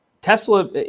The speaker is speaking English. Tesla